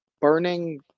Burning